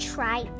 Try